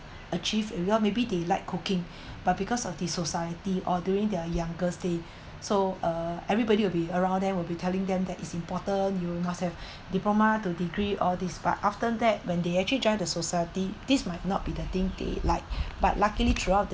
achieved earlier maybe they like cooking but because of the society or during their youngers day so uh everybody will be around there will be telling them that is important you must have diploma to degree or this but after that when they actually join the society this might not be the thing they like but luckily throughout the